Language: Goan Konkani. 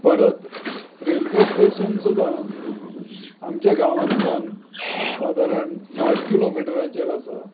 परत रेल्वे स्टेशन सुद्दां आमच्या गांवांतल्यान सादारण साठ किलोमिटराचेर आसा